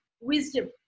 wisdom